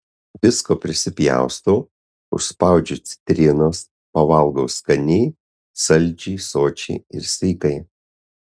visko prisipjaustau užspaudžiu citrinos pavalgau skaniai saldžiai sočiai ir sveikai